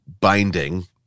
binding